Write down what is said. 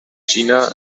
jena